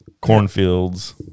cornfields